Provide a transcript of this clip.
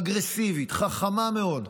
אגרסיבית, חכמה מאוד,